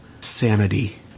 sanity